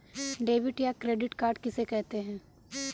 Debit या credit card किसे कहते हैं?